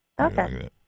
Okay